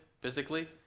physically